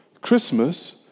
Christmas